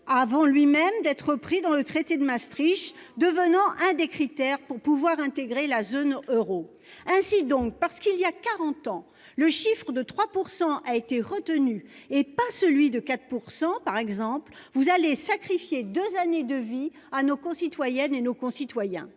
avant lui-même d'être pris dans le traité de Maastricht, devenant un des critères pour pouvoir intégrer la zone euro. Ainsi donc, parce qu'il y a 40 ans, le chiffre de 3% a été retenu et pas celui de 4%. Par exemple vous allez sacrifier 2 années de vie à nos concitoyennes et nos concitoyens